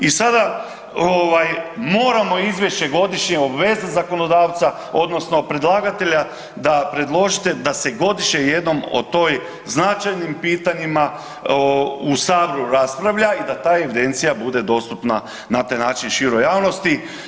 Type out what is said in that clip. I sada moramo izvješće godišnje obvezati zakonodavca, odnosno predlagatelja da predložite da se godišnje jednom o tim značajnim pitanjima u Saboru raspravlja i da ta evidencija bude dostupna na taj način široj javnosti.